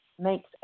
Makes